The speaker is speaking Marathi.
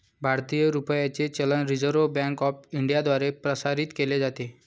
भारतीय रुपयाचे चलन रिझर्व्ह बँक ऑफ इंडियाद्वारे प्रसारित केले जाते